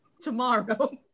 tomorrow